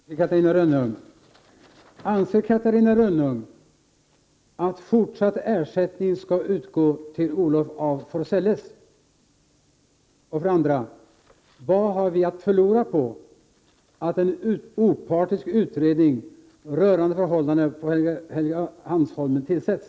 Herr talman! Två korta frågor till Catarina Rönnung: Anser Catarina Rönnung att fortsatt ersättning skall utgå till Olof af Forselles? Vad har vi att förlora på att en opartisk utredning rörande förhållandena på Helgeandsholmen tillsätts?